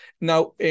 now